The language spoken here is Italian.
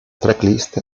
tracklist